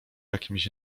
jakimś